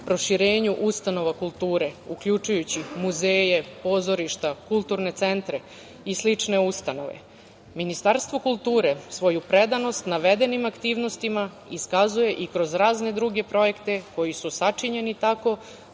proširenju ustanova kulture, uključujući muzeje, pozorišta, kulturne centre i slične ustanove. Ministarstvo kulture svoju predanost navedenim aktivnostima iskazuje i kroz razne druge projekte koji su sačinjeni tako